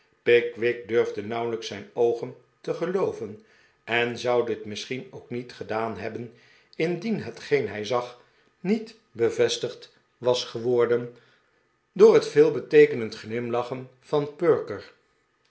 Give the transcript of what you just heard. pickwick durfde nauwelijks zijn oogen te gelooven en zou dit misschien ook niet gedaan hebben indien hetgeen hij zag niet bevestigd was geworden door het veelbeteekenend glimlachen van